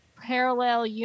parallel